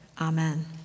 Amen